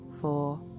four